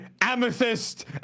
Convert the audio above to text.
Amethyst